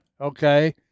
okay